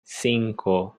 cinco